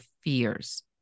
fears